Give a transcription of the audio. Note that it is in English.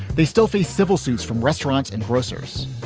they still face civil suits from restaurants and grocers.